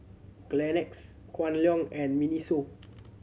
Kleenex Kwan Loong and MINISO